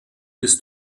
bis